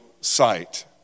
sight